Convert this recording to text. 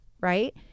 right